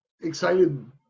excited